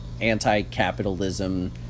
anti-capitalism